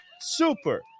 Super